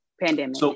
Pandemic